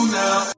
now